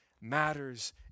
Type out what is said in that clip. matters